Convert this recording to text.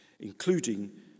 including